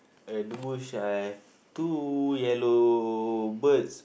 uh dua I have two yellow birds